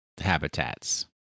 habitats